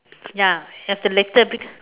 ya have to later a bit